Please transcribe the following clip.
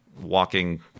walking